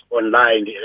online